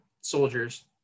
soldiers